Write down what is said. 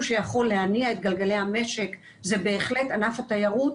שיכול להניע את גלגלי המשק זה בהחלט ענף התיירות,